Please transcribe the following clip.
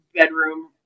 bedroom